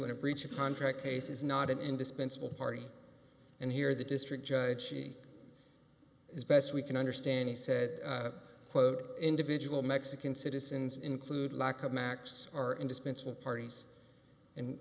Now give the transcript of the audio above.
and a breach of contract case is not an indispensable party and here the district judge she as best we can understand he said quote individual mexican citizens include lack of macs are indispensable parties and